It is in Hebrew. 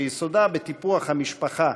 שיסודה בטיפוח המשפחה,